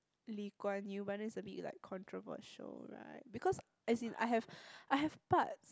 Lee Kuan Yew but then is a bit like controversial right because as in I have I have parts